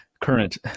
current